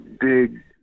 big